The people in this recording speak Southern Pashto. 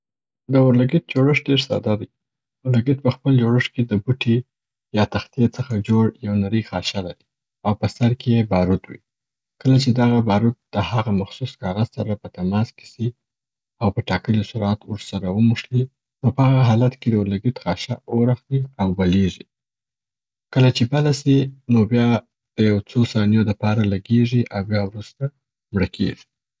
د اورلګیت جوړښت ډېر ساده دی. اورلګیت په خپل جوړښت کې د بوټي یا تختې څخه جوړ یو نرې خاشه لري او په سر کې یې بارود وي. کله چې دغه بارود د هغه مخصوص کاغذ سره په تماس کي سي او په ټاکلي سرعت ور سره و موښلي نو په هغه حالت کې د اورلګیت خاشه اور اخلي او بلیږي. کله چې بله سي نو بیا د یو څو ثانیو لپاره لګیږي او بیا وروسته مړه کیږي.